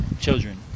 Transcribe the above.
children